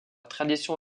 tradition